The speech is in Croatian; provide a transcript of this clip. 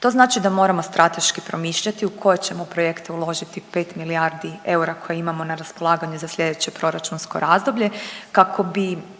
To znači da moramo strateški promišljati u koje ćemo projekte uložiti 5 milijardi eura koje imamo na raspolaganju za slijedeće proračunsko razdoblje kako bi